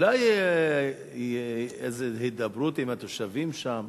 אולי תהיה איזה הידברות עם התושבים שם?